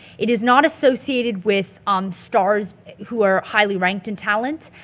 it is not associated with um stars who are highly ranked in talent.